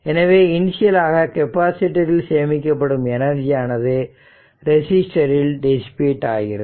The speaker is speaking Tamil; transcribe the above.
எனவே இனிஷியல் ஆக கெப்பாசிட்டர் ல் சேமிக்கப்படும் எனர்ஜியானது ரெசிஸ்டரில் டிசிபேட் ஆகிறது